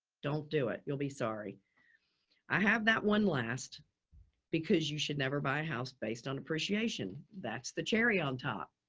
don't do it. you'll be sorry i have that one last because you should never buy a house based on appreciation. that's the cherry on top.